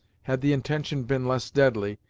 had the intention been less deadly,